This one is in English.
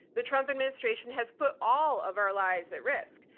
the trump administration has put all of our lives at risk.